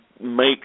make